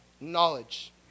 knowledge